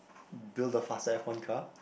build the fastest F-one car